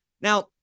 Now